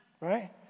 Right